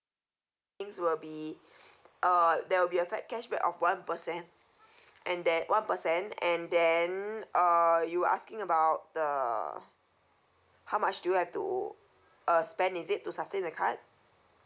things will be uh there will be a fat cashback of one percent and that one percent and then uh you asking about the how much do you have to uh spend is it to sustain the card